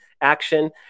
action